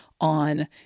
on